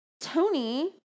tony